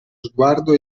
sguardo